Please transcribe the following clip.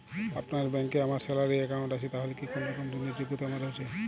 আপনার ব্যাংকে আমার স্যালারি অ্যাকাউন্ট আছে তাহলে কি কোনরকম ঋণ র যোগ্যতা আমার রয়েছে?